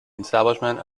establishment